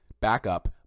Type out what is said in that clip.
backup